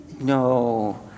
No